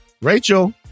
Rachel